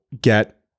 get